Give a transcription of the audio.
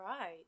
Right